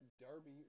Darby